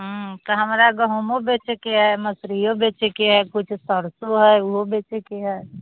हँ तऽ हमरा गहूमो बेचैके हइ मौसरिओ बेचैके हइ किछु सरिसो हइ ओहो बेचैके हइ